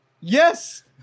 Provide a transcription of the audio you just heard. Yes